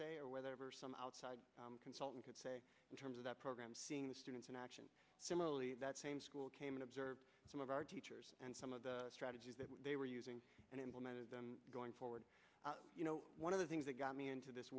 say or where there were some outside consultant could say in terms of the program seeing the students in action similarly that same school came in observed some of our teachers and some of the strategies they were using and implemented them going forward you know one of the things that got me into this